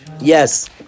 Yes